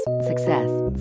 Success